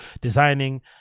designing